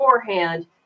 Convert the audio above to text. beforehand